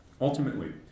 Ultimately